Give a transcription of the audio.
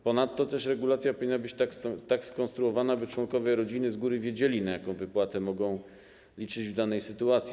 Ponadto regulacja powinna być tak skonstruowana, by członkowie rodziny z góry wiedzieli, na jaką wypłatę mogą liczyć w danej sytuacji.